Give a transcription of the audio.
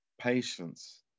patience